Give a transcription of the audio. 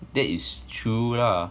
that is true lah